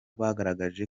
bagaragaje